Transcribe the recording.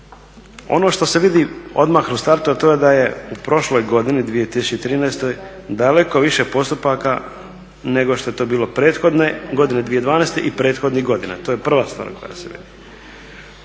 Ono što se vidi odmah u startu, a to je da je u prošloj godini 2013. daleko više postupaka nego što je to bilo prethodne godine 2012. i prethodnih godina, to je prva stvar koja se vidi.